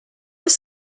was